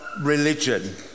religion